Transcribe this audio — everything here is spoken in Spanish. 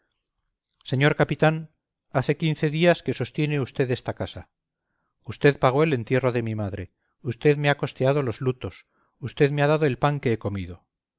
señor capitán hace quince días que sostiene usted esta casa usted pagó el entierro de mi madre usted me ha costeado los lutos usted me ha dado el pan que he comido